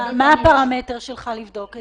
מה הפרמטר שלך לבדוק את זה?